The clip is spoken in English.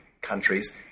countries